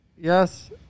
Yes